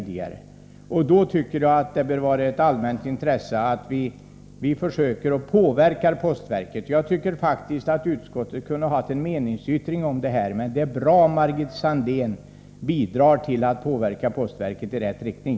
Då tycker jag att det bör vara ett allmänt intresse att försöka påverka postverket. Utskottet kunde ha haft en meningsyttring om detta. Men det är bra om Margit Sandéhn bidrar till att påverka postverket i rätt riktning.